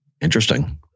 Interesting